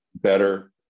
better